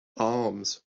arms